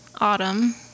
Autumn